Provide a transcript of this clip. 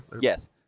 Yes